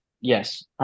Yes